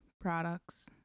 products